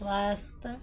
स्वास्थ्य